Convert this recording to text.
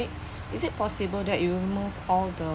is it possible that you remove all the